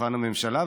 שולחן הממשלה,